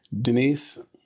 denise